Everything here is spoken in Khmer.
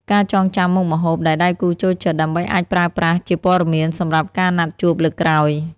ការចងចាំមុខម្ហូបដែលដៃគូចូលចិត្ត ដើម្បីអាចប្រើប្រាស់ជាព័ត៌មានសម្រាប់ការណាត់ជួបលើកក្រោយ។